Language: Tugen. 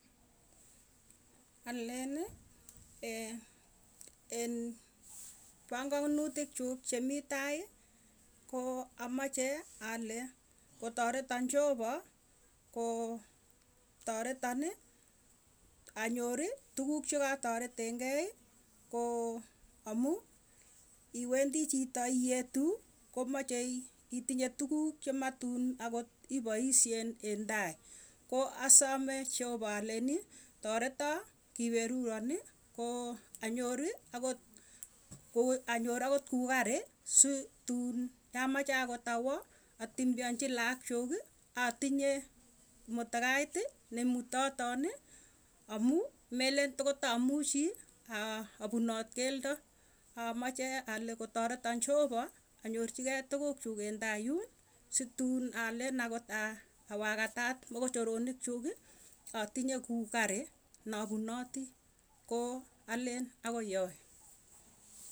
Alen en panganutik chuuk chemitei tai, koo meche ale kotaretan jehova kotaretanii anyorr tukuk chotoretengeii koo amuu iwendii chitoo ietuu, komoche itinye tukuk chematun akot ipaisyen en tai ko asame jehova alenii toretoo kiperuronii koo anyorr akot kuu kari sii tun ndameche akot awaa atembeleanchi laakchukii atinye motokaitii nemututotoni amuu melen tomuchi apunot keldo. Amache ale kotoreton jehova, anyorchigei tukukchuk en tai yun, situun alen akot aa awagatat mokochoronikii atinye kuu kari napunotii koo alen akoi yoe.